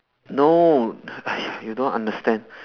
no !aiya! you don't understand